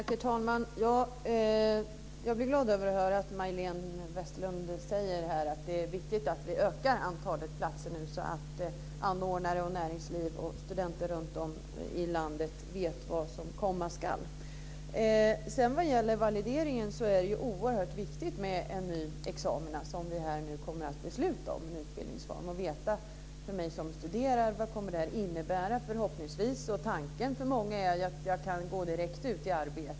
Herr talman! Jag blir glad över att höra att Majléne Westerlund Panke säger att det är viktigt att vi nu ökar antalet platser så att anordnare, näringsliv och studenter runtom i landet vet vad som komma skall. Vad sedan gäller valideringen är det oerhört viktigt med en ny examina, som vi nu kommer att besluta om. För mig som studerar är det viktigt att veta vad det kommer att innebära. Förhoppningsvis, och det är tanken hos många, att man ska kunna gå direkt ut i arbete.